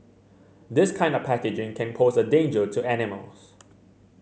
this kind of packaging can pose a danger to animals